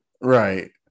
Right